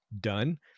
done